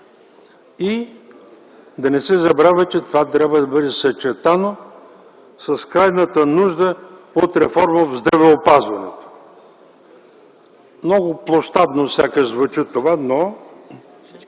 и да не се забравя, че това трябва да бъде съчетано с крайната нужда от реформа в здравеопазването. Много площадно сякаш звучи това, но